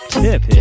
tip